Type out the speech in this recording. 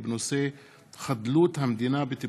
בהצעה של חברי הכנסת יגאל גואטה ואיילת נחמיאס ורבין